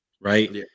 right